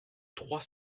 trois